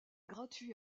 gratuit